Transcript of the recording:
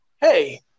hey